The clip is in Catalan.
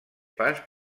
pas